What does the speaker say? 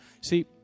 See